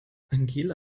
angela